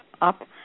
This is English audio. up